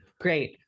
Great